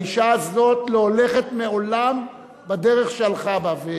האשה הזאת לא הולכת מעולם בדרך שהלכה בה.